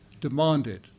demanded